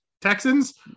Texans